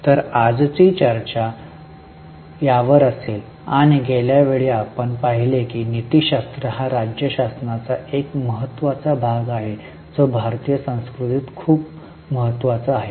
तर आजची चर्चा यावर असेल आणि गेल्या वेळी आपण पाहिले आहे की नीतीशास्त्र हा राज्यशासनाचा एक महत्त्वाचा भाग आहे जो भारतीय संस्कृतीत खूप आहे